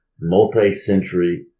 multi-century